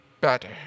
better